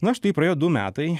na štai praėjo du metai